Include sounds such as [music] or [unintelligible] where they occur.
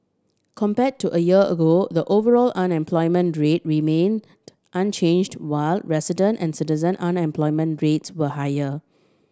compare to a year ago the overall unemployment rate remain [unintelligible] unchanged while resident and citizen unemployment rates were higher